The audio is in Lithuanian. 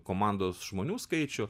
komandos žmonių skaičių